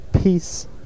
Peace